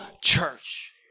church